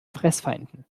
fressfeinden